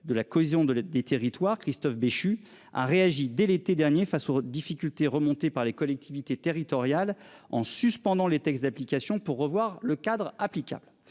de l'aide des territoires Christophe Béchu a réagi dès l'été dernier face aux difficultés remonté par les collectivités territoriales en suspendant les textes d'application pour revoir le cadre applicable.